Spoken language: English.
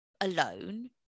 alone